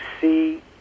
see